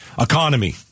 Economy